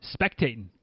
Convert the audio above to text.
spectating